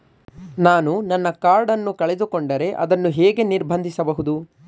ನಾನು ನನ್ನ ಕಾರ್ಡ್ ಅನ್ನು ಕಳೆದುಕೊಂಡರೆ ಅದನ್ನು ಹೇಗೆ ನಿರ್ಬಂಧಿಸಬಹುದು?